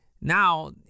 now